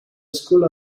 school